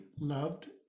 loved